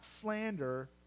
slander